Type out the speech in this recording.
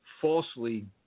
falsely